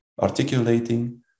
articulating